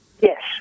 Yes